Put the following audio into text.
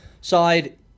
side